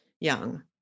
young